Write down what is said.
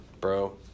bro